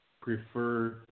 prefer